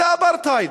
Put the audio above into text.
זה אפרטהייד.